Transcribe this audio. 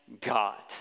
God